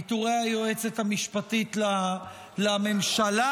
פיטורי היועצת המשפטית לממשלה,